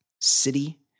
city